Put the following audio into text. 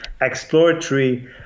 exploratory